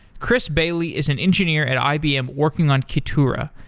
chris bailey is an engineer at ibm working on kitura,